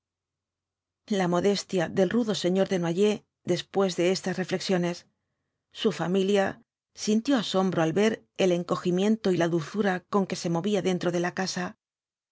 la modestia del rudo señor desnoyers después de estas reflexiones su familia sintió asombro al ver el encogimiento y la dulzura con que se movía dentro de la casa